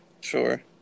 Sure